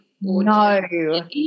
No